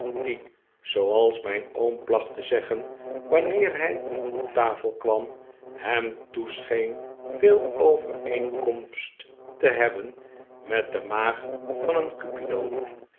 die zooals mijn oom placht te zeggen wanneer hij op tafel kwam hem toescheen veel overeenkomst te hebben met de maag van een cupido